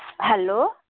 hello